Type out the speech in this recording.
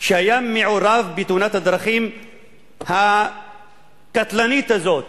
שהיה מעורב בתאונת הדרכים הקטלנית הזאת